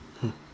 hmm